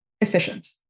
efficient